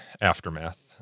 aftermath